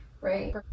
right